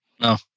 No